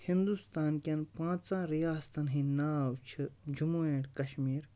ہِندوستانکٮ۪ن پانٛژَن رِیاستَن ہِنٛدۍ ناو چھِ جموں اینٛڈ کشمیٖر